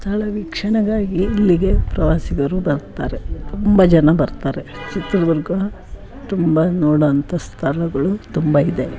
ಸ್ಥಳ ವೀಕ್ಷಣೆಗಾಗಿ ಇಲ್ಲಿಗೆ ಪ್ರವಾಸಿಗರು ಬರ್ತಾರೆ ತುಂಬ ಜನ ಬರ್ತಾರೆ ಚಿತ್ರದುರ್ಗ ತುಂಬ ನೋಡೋ ಅಂಥ ಸ್ಥಳಗಳು ತುಂಬ ಇದೆ